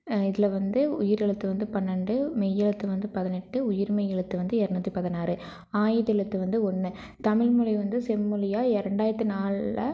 இதில் வந்து உயிர் எழுத்து வந்து பன்னெண்டு மெய்யெழுத்து வந்து பதினெட்டு உயிர்மெய் எழுத்து வந்து இரநூத்தி பதினாறு ஆயுத எழுத்து வந்து ஒன்று தமிழ் மொழி வந்து செம்மொழியா எ இரண்டாயித்தி நாலில்